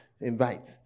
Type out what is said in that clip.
invite